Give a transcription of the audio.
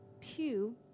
pew